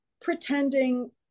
pretending